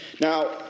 Now